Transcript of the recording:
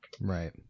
Right